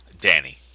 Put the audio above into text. Danny